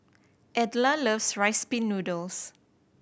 Edla loves Rice Pin Noodles